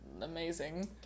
amazing